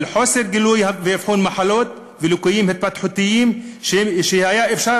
חוסר גילוי ואבחון מחלות וליקויים התפתחותיים שהיה אפשר